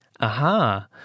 Aha